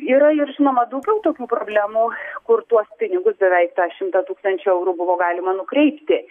yra ir žinoma daugiau tokių problemų kur tuos pinigus beveik šimtą tūkstančių eurų buvo galima nukreipti